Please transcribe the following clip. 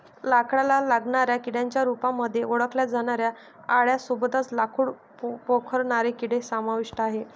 लाकडाला लागणाऱ्या किड्यांच्या रूपामध्ये ओळखल्या जाणाऱ्या आळ्यां सोबतच लाकूड पोखरणारे किडे समाविष्ट आहे